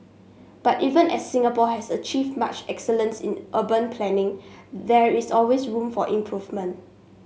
but even as Singapore has achieved much excellence in urban planning there is always room for improvement